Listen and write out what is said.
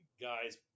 guys